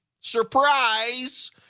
Surprise